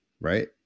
right